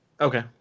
Okay